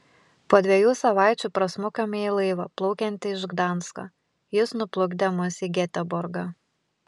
po dviejų savaičių prasmukome į laivą plaukiantį iš gdansko jis nuplukdė mus į geteborgą